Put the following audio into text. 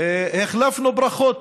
החלפנו ברכות